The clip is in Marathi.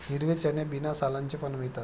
हिरवे चणे बिना सालांचे पण मिळतात